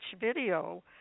video